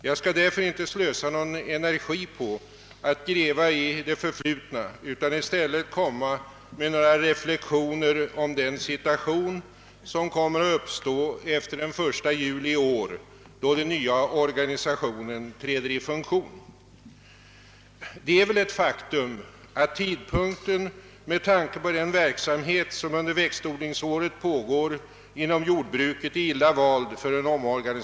Jag skall därför inte slö sa någon energi på att gräva i det förflutna utan i stället göra några reflexioner om den situation som kommer att uppstå efter den 1 juli i år då den nya organisationen träder i funktion. Det är ett faktum att tidpunkten för en omorganisation, med tanke på den verksamhet som under växtodlingsåret pågår inom jordbruket, är illa vald.